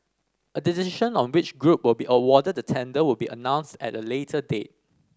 a decision on which group will be awarded the tender will be announced at a later date